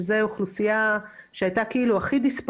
שזאת אוכלוסייה שהייתה הכי disposable